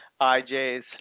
IJs